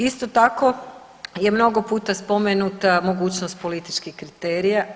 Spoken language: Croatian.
Isto tako je mnogo puta spomenuta mogućnost političkih kriterija.